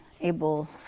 able